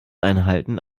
einhalten